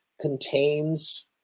contains